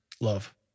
love